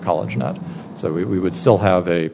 college not so we would still have a